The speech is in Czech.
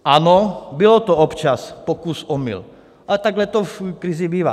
Ano, byl to občas pokus omyl, ale takhle to v krizi bývá.